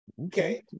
Okay